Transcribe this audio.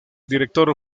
director